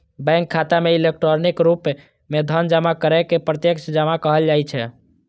bank खाता मे electronic रूप मे धन जमा करै के प्रत्यक्ष जमा कहल जाइ छै